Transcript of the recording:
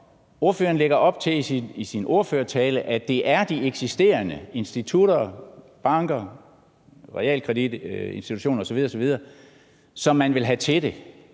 ordførertale op til, at det er de eksisterende institutter, banker, realkreditinstitutter osv. osv., som man vil have til det